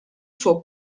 suo